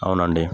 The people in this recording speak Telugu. అవునండి